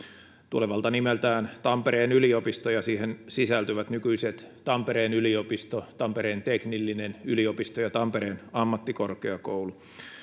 tulevalta nimeltään tampereen yliopisto siihen sisältyvät nykyiset tampereen yliopisto tampereen teknillinen yliopisto ja tampereen ammattikorkeakoulu